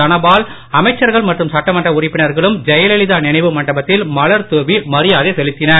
தனபால் அமைச்சர்கள் மற்றும் சட்டமன்ற உறுப்பினர்களும் ஜெயலலிதா நினைவு மண்டபத்தில் மலர் தூவி மரியாதை செலுத்தினர்